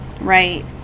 right